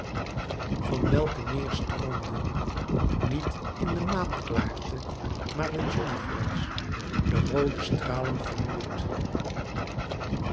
van welke neêr stroomden niet in maanklaarte maar in zonneglans de roode stralen van bloed